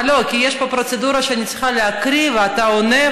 כי יש פה פרוצדורה שאני צריכה להקריא ואתה עונה,